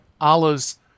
Allah's